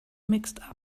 mixed